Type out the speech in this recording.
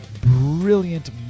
brilliant